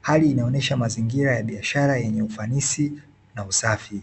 hali inaonesha mazingira ya biashara yenye ufanisi na usafi.